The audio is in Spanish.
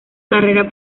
carrera